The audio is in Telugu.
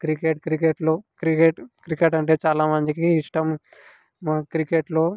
క్రికెట్ క్రికెట్లో క్రికెట్ క్రికెట్ అంటే చాలామందికి ఇష్టం క్రికెట్లో